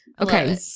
okay